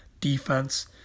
defense